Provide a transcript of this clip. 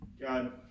god